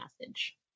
message